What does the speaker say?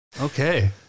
Okay